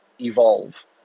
evolve